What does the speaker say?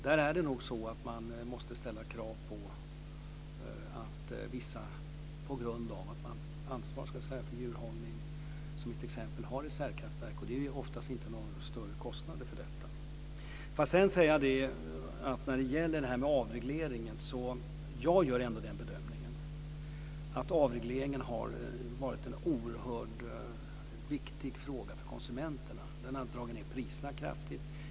Där är det nog så att man måste ställa krav på att vissa på grund av att de t.ex. har ansvar för djurhållning har reservkraftverk. Det är oftast inga större kostnader för detta. Får jag sedan säga något om avregleringen. Jag gör bedömningen att avregleringen har varit oerhört viktig för konsumenterna. Den har dragit ned priserna kraftigt.